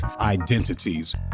identities